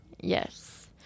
Yes